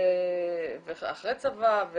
אחרי צבא,